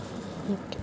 okay